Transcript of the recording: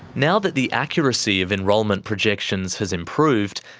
now that the accuracy of enrolment projections has improved,